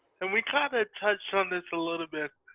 and we kind of touched on this a little bit.